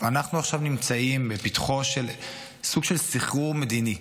ועכשיו אנחנו נמצאים בפתחו של סוג של סחרור מדיני.